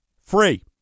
Free